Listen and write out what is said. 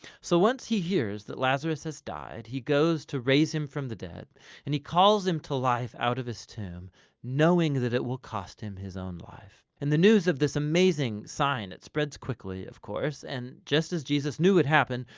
so once he hears that lazarus has died he goes to raise him from the dead and he calls him to life out of this tomb knowing that it will cost him his own life. and the news of this amazing sign, it spreads quickly of course, and just as jesus knew would happen,